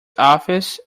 office